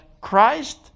Christ